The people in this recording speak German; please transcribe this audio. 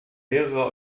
mehrerer